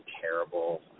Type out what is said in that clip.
terrible